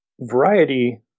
Variety